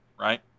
right